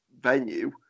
venue